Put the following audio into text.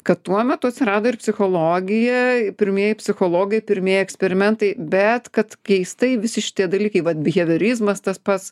kad tuo metu atsirado ir psichologija pirmieji psichologai pirmieji eksperimentai bet kad keistai visi šitie dalykai vat biheviorizmas tas pats